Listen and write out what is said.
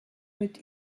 mit